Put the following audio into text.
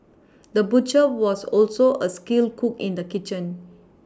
the butcher was also a skilled cook in the kitchen